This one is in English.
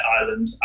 island